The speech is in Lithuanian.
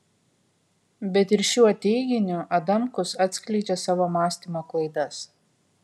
bet ir šiuo teiginiu adamkus atskleidžia savo mąstymo klaidas